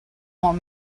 molt